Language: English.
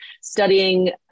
studying